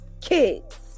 kids